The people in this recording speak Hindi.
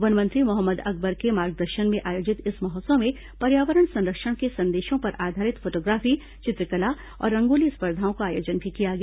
वन मंत्री मोहम्मद अकबर के मार्गदर्शन में आयोजित इस महोत्सव में पर्यावरण संरक्षण के संदेशों पर आधारित फोटोग्राफी चित्रकला और रंगोली स्पर्धाओं का आयोजन भी किया गया